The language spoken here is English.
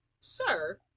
sir